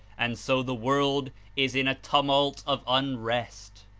and so the world is in a tumult of unrest.